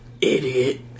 Idiot